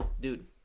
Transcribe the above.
Dude